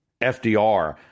FDR